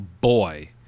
Boy